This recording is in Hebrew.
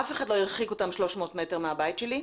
אף אחד לא הרחיק את המפגינים 300 מטרים מהבית שלי.